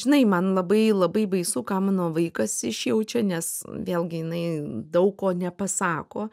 žinai man labai labai baisu ką mano vaikas išjaučia nes vėlgi jinai daug ko nepasako